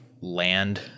land